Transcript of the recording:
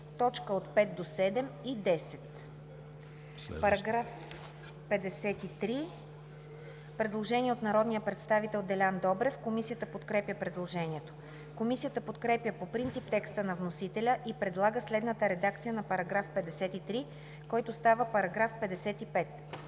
с „т. 5-7 и 10“.“ Предложение от народния представител Делян Добрев. Комисията подкрепя предложението. Комисията подкрепя по принцип текста на вносителя и предлага следната редакция на § 53, който става § 55: „§ 55.